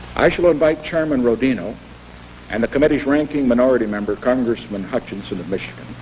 i shall invite chairman rodino and the committee's ranking minority member, congressman hutchinson of michigan,